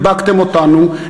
חיבקתם אותנו,